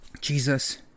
Jesus